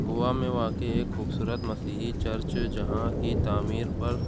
گووا میں واقع ایک خوبصورت مسیحی چرچ جہاں کی تعمیر پر